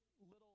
little